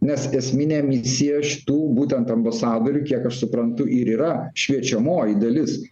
nes esminė misija šitų būtent ambasadorių kiek aš suprantu ir yra šviečiamoji dalis